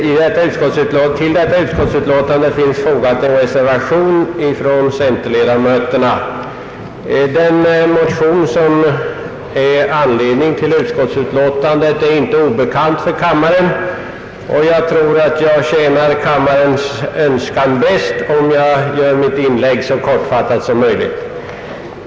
Herr talman! Till föreliggande utskottsutlåtande finns fogad en reservation från centerledamöterna. Den motion som är anledning till utskottsutlåtandet är inte obekant för kammaren, och jag tror att jag tjänar kammarens önskan bäst om jag gör mitt inlägg så kortfattat som möjligt.